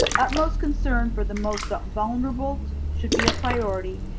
utmost concern for the most vulnerable should be a priority.